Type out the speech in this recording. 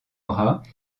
bras